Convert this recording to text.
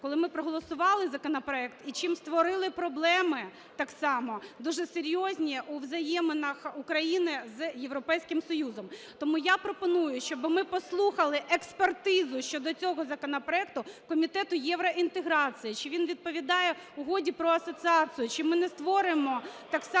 коли ми проголосували законопроект, і чим створили проблему так само дуже серйозні у взаєминах України з Європейським Союзом. Тому я пропоную, щоби ми послухали експертизу щодо цього законопроекту Комітету євроінтеграції. Чи він відповідає Угоді про асоціацію, чи ми не створимо так само